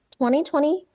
2020